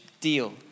deal